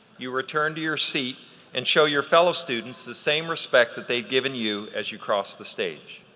you return to your seat and show your fellow students the same respect that they've given you as you cross the stage.